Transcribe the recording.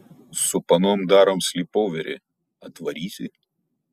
su panom darom slypoverį atvarysi